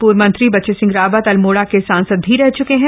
पूर्व मंत्री बची सिंह रावत अल्मोड़ा के सांसद भी रह च्के हैं